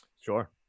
Sure